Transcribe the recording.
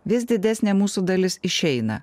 vis didesnė mūsų dalis išeina